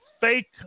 fake